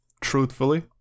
truthfully